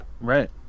right